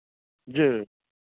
जी